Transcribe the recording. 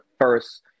first